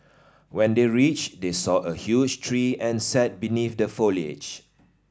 when they reached they saw a huge tree and sat beneath the foliage